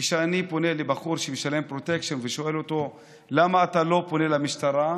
כשאני פונה לבחור שמשלם פרוטקשן ושואל אותו: למה אתה לא פונה למשטרה?